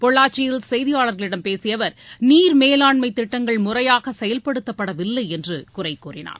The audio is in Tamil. பொள்ளாச்சியில் செய்தியாளர்களிடம் பேசிய அவர் நீர் மேலாண்மைத் திட்டங்கள் முறையாக செயல்படுத்தப்படவில்லை என்று குறை கூறினார்